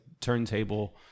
turntable